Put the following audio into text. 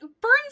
Burns